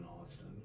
Austin